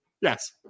Yes